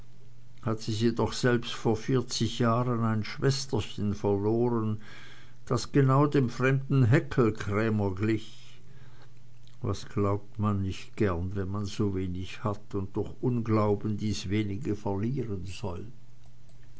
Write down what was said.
beweisen hatte sie doch selbst vor vierzig jahren ein schwesterchen verloren das genau dem fremden hechelkrämer glich was glaubt man nicht gern wenn man so wenig hat und durch unglauben dies wenige verlieren soll